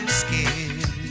skin